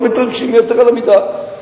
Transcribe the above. אנחנו לא מתרגשים יתר על המידה.